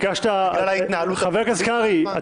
חבר הכנסת קרעי,